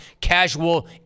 casual